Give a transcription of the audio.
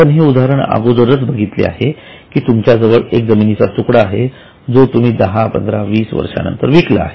आपण हे उदाहरण अगोदरच बघितले आहे की तुमच्याजवळ एक जमिनीचा तुकडा आहे जो तुम्ही दहा पंधरा वीस वर्षानंतर विकला आहे